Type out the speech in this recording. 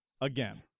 again